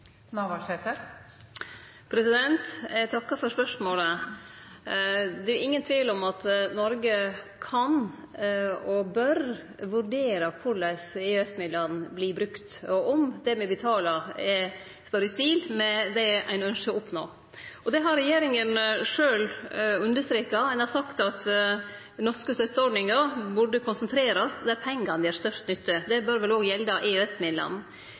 har? Eg takkar for spørsmålet. Det er ingen tvil om at Noreg kan og bør vurdere korleis EØS-midlane vert brukte, og om det me betaler, står i stil med det ein ønskjer å oppnå. Det har regjeringa sjølv understreka, ein har sagt at norske støtteordningar burde konsentrerast der pengane gir størst nytte. Det bør vel